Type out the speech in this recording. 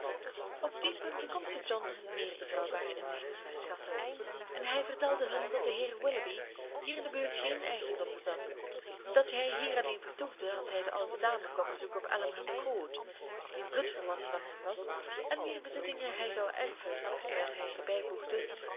op die punten kon sir john hun meer betrouwbare inlichtingen verschaffen en hij vertelde hun dat de heer willoughby hier in de buurt geen eigendom bezat en dat hij hier alleen vertoefde als hij de oude dame kwam bezoeken op allenham court die een bloedverwante van hem was en wier bezittingen hij zou erven terwijl hij erbij voegde